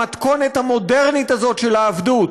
המתכונת המודרנית הזאת של העבדות,